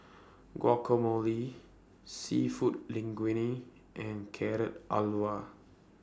Guacamole Seafood Linguine and Carrot Halwa